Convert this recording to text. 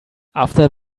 after